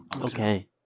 Okay